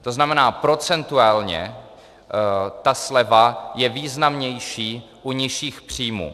To znamená, procentuálně ta sleva je významnější u nižších příjmů.